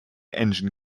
engine